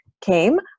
came